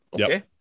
Okay